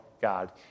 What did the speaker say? God